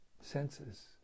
senses